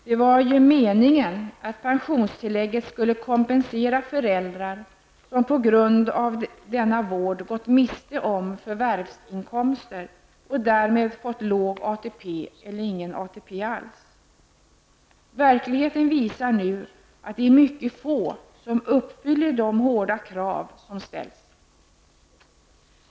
Det var meningen att pensionstillägget skulle kompensera föräldrar som på grund av denna vård gått miste om förvärvsinkomster och därmed fått låg ATP eller ingen ATP alls. Verkligheten visar nu att det är mycket få som uppfyller de hårda krav som ställs.